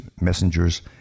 messengers